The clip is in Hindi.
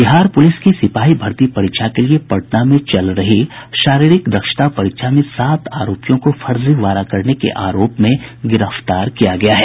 बिहार पूलिस की सिपाही भर्ती परीक्षा के लिए पटना में चल रही शारीरिक दक्षता परीक्षा में सात आरोपियों को फर्जीवाड़ा करने के आरोप में गिरफ्तार किया गया है